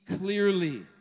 clearly